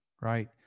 right